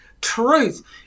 truth